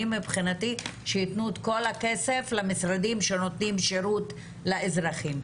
מבחינתי שיתנו את כל הכסף למשרדים שנותנים שירות לאזרחים.